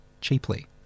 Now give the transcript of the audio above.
cheaply